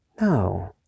No